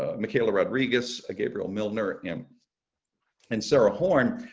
ah michaela rodriguez ah gabriel milner em and sarah horn.